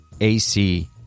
ac